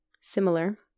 Similar